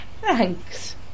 Thanks